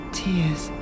tears